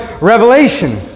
Revelation